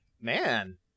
Man